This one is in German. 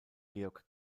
georg